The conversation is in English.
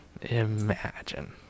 imagine